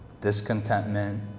discontentment